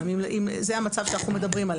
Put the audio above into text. אם זה המצב עליו אנחנו מדברים.